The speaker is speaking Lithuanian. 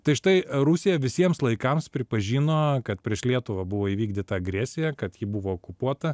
tai štai rusija visiems laikams pripažino kad prieš lietuvą buvo įvykdyta agresija kad ji buvo okupuota